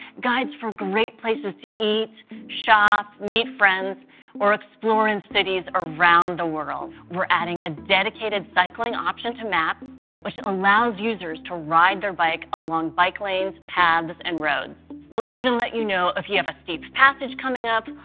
guides for great places to eat, shop, meet friends or exploring cities around the world. we're adding a dedicated cycling option to maps which allows users to ride their bike along bike lanes paths and roads. we'll even let you know if you have a steep passage coming up,